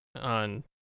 on